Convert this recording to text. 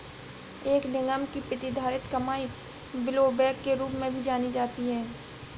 एक निगम की प्रतिधारित कमाई ब्लोबैक के रूप में भी जानी जाती है